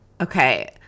Okay